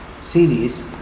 series